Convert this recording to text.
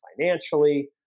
financially